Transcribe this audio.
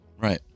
Right